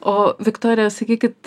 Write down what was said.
o viktorija sakykit